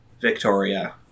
Victoria